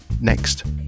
next